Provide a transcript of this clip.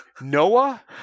Noah